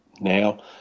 now